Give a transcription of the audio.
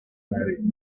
marry